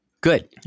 good